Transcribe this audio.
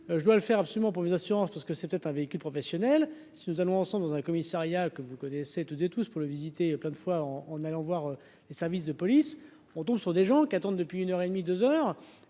Je dois le faire absolument pour les assurances, parce que c'était un véhicule professionnel si nous allons ensemble dans un commissariat, que vous connaissez toutes et tous pour le visiter plein de fois en en allant voir les services de police ont donc ce sont des gens qui attendent depuis une heure et demie deux heures